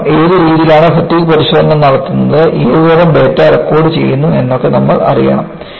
കാരണം ഏത് രീതിയിലാണ് ഫാറ്റിഗ് പരിശോധന നടത്തുന്നത് ഏത് തരം ഡാറ്റ റെക്കോർഡുചെയ്യുന്നു എന്നൊക്കെ നമ്മൾ അറിയണം